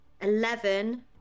eleven